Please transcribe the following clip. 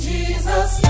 Jesus